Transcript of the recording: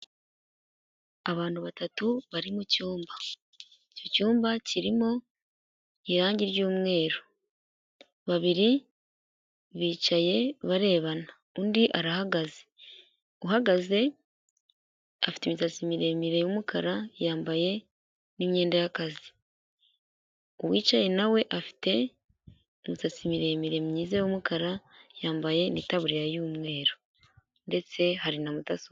Abantu batatu bari mu cyumba, icyo cyumba kirimo irangi ry'umweru, babiri bicaye barebana undi arahagaze, uhagaze afite imisatsi miremire y'umukara yambaye n'imyenda y'akazi, uwicaye nawe afite imisatsi miremire myiza y'umukara, yambaye n'itabuririya y'umweru ndetse hari na mudasobwa.